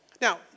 Now